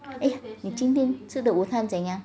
eh 你今天吃的午餐怎样